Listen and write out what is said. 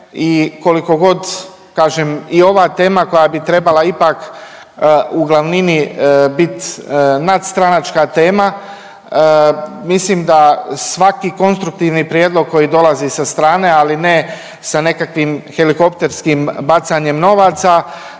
koliko god kažem i ova tema koja bi trebala ipak u glavnini bit nadstranačka tema mislim da svaki konstruktivni prijedlog koji dolazi sa strane, ali ne sa nekakvim helikopterskim bacanjem novaca